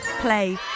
play